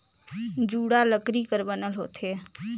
जुड़ा लकरी कर बनल होथे